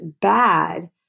bad